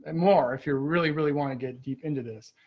and more if you're really, really want to get deep into this,